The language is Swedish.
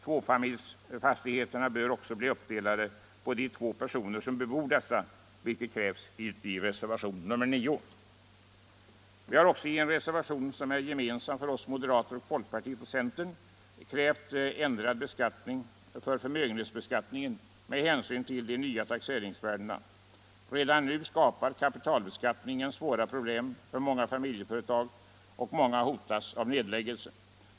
Tvåfamiljsfastigheterna bör också bli uppdelade på de två familjer som bebor Vi har också i en reservation, som är gemensam för oss moderater, folkpartiet och centern, krävt ändrad förmögenhetsbeskattning med hänsyn till de nya taxeringsvärdena. Redan nu skapar kapitalbeskattningen svåra problem för familjeföretag, och många hotas av nedläggelse.